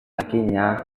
lakinya